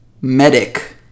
medic